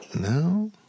no